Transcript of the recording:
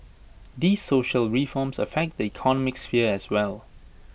these social reforms affect the economic sphere as well